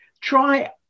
Try